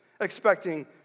expecting